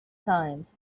times